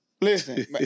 listen